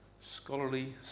scholarly